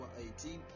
18